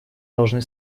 должны